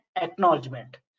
acknowledgement